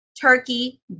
turkey